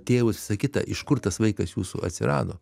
tėvus visa kita iš kur tas vaikas jūsų atsirado